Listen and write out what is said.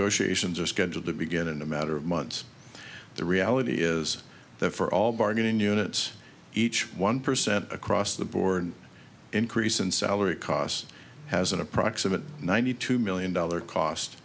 negotiations are scheduled to begin in a matter of months the reality is that for all bargaining units each one percent across the board increase in salary costs has an approximate ninety two million dollar cost